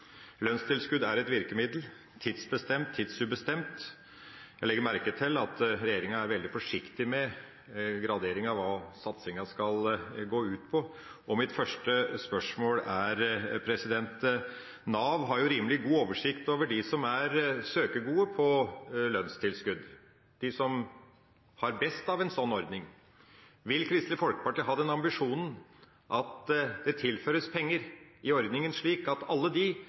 Lønnstilskudd er et virkemiddel – tidsbestemt, tidsubestemt. Jeg legger merke til at regjeringa er veldig forsiktig med gradering av hva satsinga skal gå ut på. Mitt første spørsmål er: Nav har rimelig god oversikt over dem som er gode søkere med hensyn til lønnstilskudd – de som har best nytte av en sånn ordning. Vil Kristelig Folkeparti ha den ambisjonen at ordninga tilføres penger, slik at alle de